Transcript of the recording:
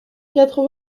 quatre